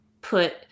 put